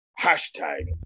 hashtag